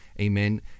amen